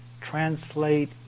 translate